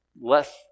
less